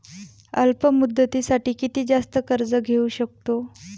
अल्प मुदतीसाठी किती जास्त कर्ज घेऊ शकतो?